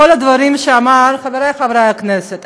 חברי חברי הכנסת,